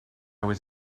was